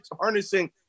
harnessing